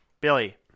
Billy